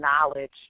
knowledge